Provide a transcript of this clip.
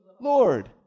Lord